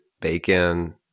bacon